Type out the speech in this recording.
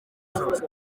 zose